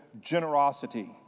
generosity